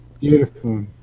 Beautiful